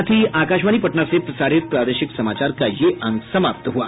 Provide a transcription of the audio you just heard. इसके साथ ही आकाशवाणी पटना से प्रसारित प्रादेशिक समाचार का ये अंक समाप्त हुआ